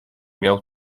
miał